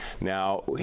Now